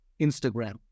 Instagram